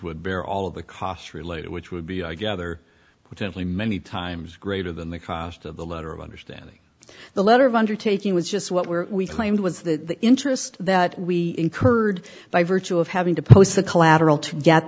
bear all of the costs related which would be i gather potentially many times greater than the cost of the letter of understanding the letter of undertaking was just what were we claimed was the interest that we incurred by virtue of having to post the collateral to get